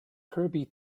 kirby